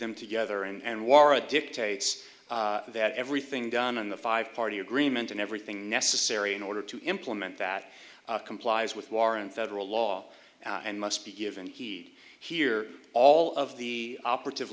them together and warrant dictates that everything done in the five party agreement and everything necessary in order to implement that complies with warrant federal law and must be given he'd hear all of the operative